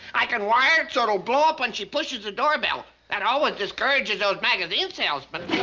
i can wire it so it'll blow up when she pushes the doorbell. that always discourages those magazine salesmen.